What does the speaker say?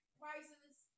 prices